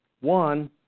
One